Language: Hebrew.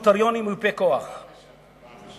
מיופה כוח עם אישור נוטריון.